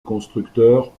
constructeurs